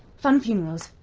funn funerals,